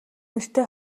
нэртэй